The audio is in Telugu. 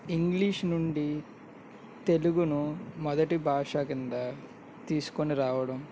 ఇంగ్లీష్ నుండి తెలుగును మొదటి భాష కింద తీసుకుని రావడం